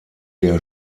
der